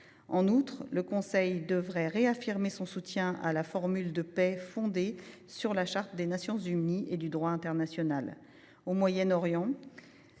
En outre, le Conseil européen devrait réaffirmer son soutien à la formule de paix fondée sur la Charte des Nations unies et le droit international.